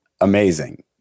amazing